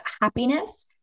happiness